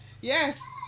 Yes